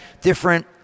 different